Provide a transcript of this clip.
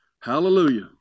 Hallelujah